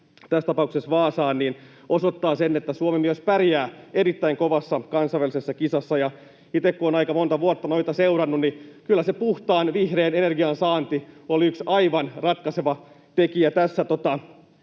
tässä tapauksessa Vaasaan osoittaa sen, että Suomi myös pärjää erittäin kovassa kansainvälisessä kisassa. Kun itse olen aika monta vuotta noita seurannut, niin kyllä se puhtaan, vihreän energian saanti on yksi aivan ratkaiseva tekijä tässä